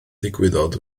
ddigwyddodd